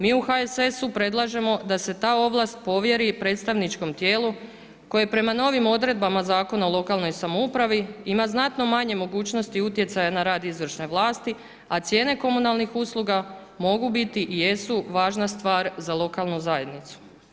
Mi u HSS-u predlažemo da se ta ovlast povjeri predstavničkom tijelu koje prema novim odredbama Zakona o lokalnoj samoupravi, ima znatno manje mogućnosti utjecaja na rad izvršne vlasti a cijene komunalnih usluga mogu biti i jesu važna stvar za lokalnu zajednicu.